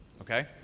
okay